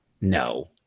No